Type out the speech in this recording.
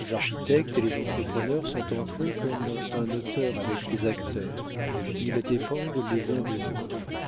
les architectes et les entrepreneurs sont entre eux comme un auteur avec les acteurs ils dépendent les uns des autres